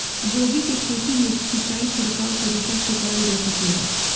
गोभी के खेती में सिचाई छिड़काव तरीका से क़रल जा सकेला?